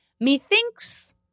methinks